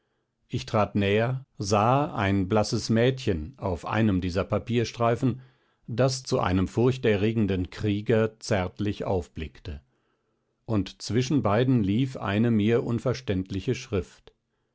ich trat näher sah ein blasses mädchen auf einem dieser papierstreifen das zu einem furchterregenden krieger zärtlich aufblickte und zwischen beiden lief einen mir unverständliche schrift